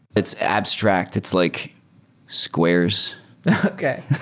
it's abstract. it's like squares okay.